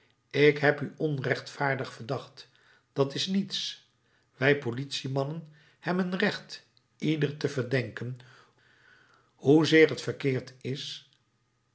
ik heb u onrechtvaardig verdacht dat is niets wij politiemannen hebben recht ieder te verdenken hoezeer t verkeerd is